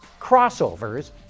crossovers